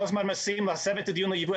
כל הזמן מסבים את הדיון לייבוא.